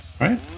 right